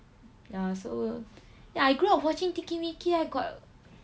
ya so ya I grew up watching tinky-winky I got